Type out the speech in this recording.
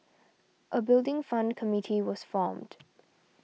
a Building Fund committee was formed